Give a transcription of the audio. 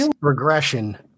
regression